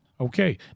okay